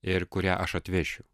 ir kurią aš atvešiu